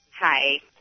Hi